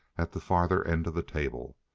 at the farther end of the table.